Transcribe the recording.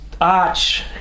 arch